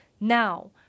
Now